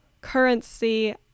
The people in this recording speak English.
currency